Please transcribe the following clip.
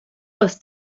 aus